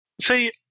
See